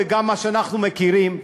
וגם ממה שאנחנו מכירים,